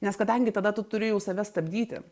nes kadangi tada tu turi jau save stabdyti